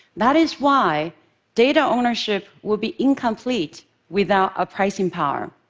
that is why data ownership would be incomplete without a pricing power.